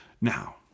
Now